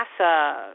NASA